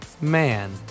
Man